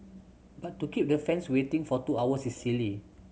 but to keep the fans waiting for two hours is silly